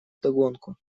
вдогонку